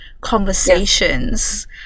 conversations